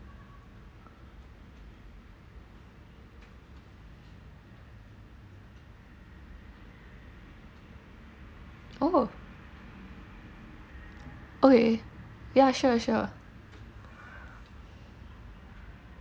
oh okay ya sure sure